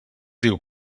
diu